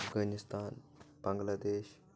افغأنِستان بنگلہ دیش